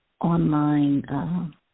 online